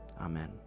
Amen